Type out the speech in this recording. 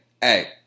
hey